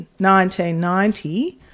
1990